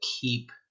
keep